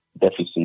deficit